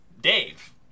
Dave